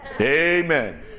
Amen